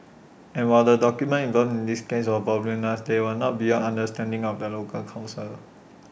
and while the documents involved in this case were voluminous they were not beyond understanding of the local counsel